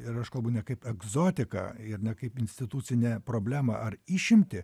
ir aš kalbu ne kaip egzotiką ir ne kaip institucinę problemą ar išimtį